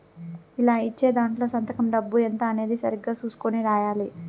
ఇలా ఇచ్చే దాంట్లో సంతకం డబ్బు ఎంత అనేది సరిగ్గా చుసుకొని రాయాలి